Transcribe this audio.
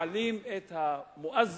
מעלים את המואזן,